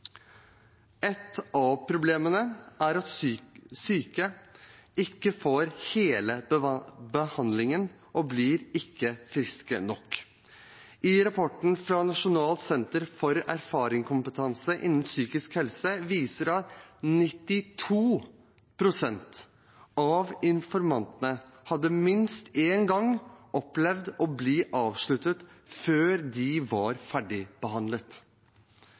av problemene er at psykisk syke ikke får hele behandlingen og ikke blir friske nok. En rapport fra Nasjonalt senter for erfaringskompetanse innen psykisk helse viser at 92 pst. av informantene minst én gang hadde opplevd at behandlingen ble avsluttet før de var ferdigbehandlet.